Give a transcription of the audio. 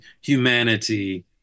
humanity